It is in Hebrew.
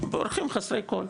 בורחים חסרי כל,